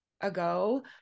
ago